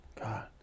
God